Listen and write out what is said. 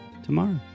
tomorrow